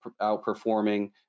outperforming